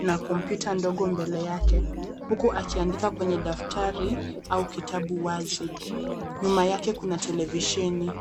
na kompyuta ndogo mbele yake huku akiandika kwenye daftari au kitabu wazi nyuma yake kuna televisheni.